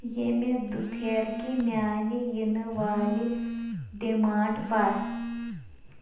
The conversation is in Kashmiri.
ییٚمہِ دُپھیرکہِ میٛانہِ یِنہٕ والہِ ڈِمانٛڈ پَر